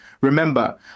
Remember